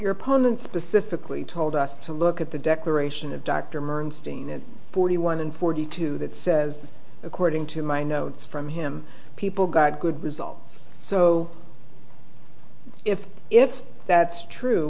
your opponent specifically told us to look at the declaration of dr murray forty one and forty two that says according to my notes from him people got good results so if if that's true